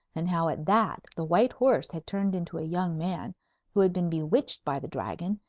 and how at that the white horse had turned into a young man who had been bewitched by the dragon,